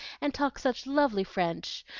and talks such lovely french.